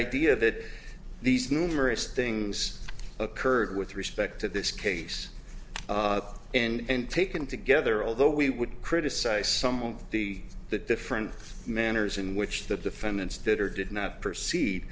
idea that these numerous things occurred with respect to this case and taken together although we would criticise some of the the different manners in which the defendants did or did not